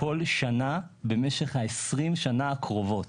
כל שנה במשך ה-20 שנה הקרובות.